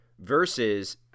versus